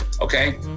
Okay